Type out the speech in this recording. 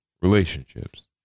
relationships